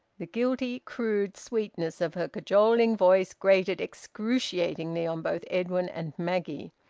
the guilty crude sweetness of her cajoling voice grated excruciatingly on both edwin and maggie.